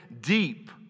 deep